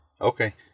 Okay